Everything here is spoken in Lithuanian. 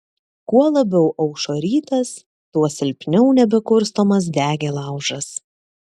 kuo labiau aušo rytas tuo silpniau nebekurstomas degė laužas